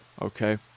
okay